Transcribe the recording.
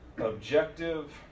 objective